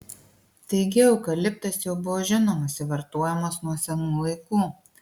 taigi eukaliptas jau buvo žinomas ir vartojamas nuo senų laikų